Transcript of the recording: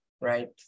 right